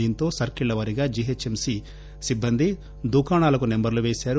దీంతో సర్కిళ్ల వారీగా జీహెచ్ఎంసీ సిబ్బంది దుకాణాలకు నంబర్లు పేశారు